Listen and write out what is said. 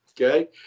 Okay